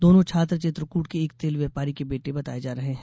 दोनो छात्र चित्रकूट के एक तेल व्यापारी के बेटे बताए जा रहे हैं